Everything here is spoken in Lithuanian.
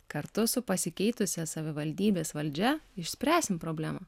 kartu su pasikeitusia savivaldybės valdžia išspręsim problemą